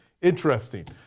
Interesting